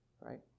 Right